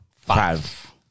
five